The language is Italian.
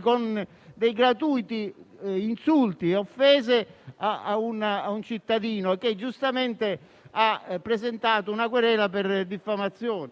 con dei gratuiti insulti e offese a un cittadino che giustamente ha presentato una querela per diffamazione.